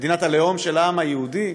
מדינת הלאום של העם היהודי,